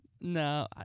No